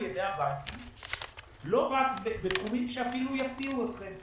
ידי הבנקים בתחומים שאפילו יפתיעו אתכם.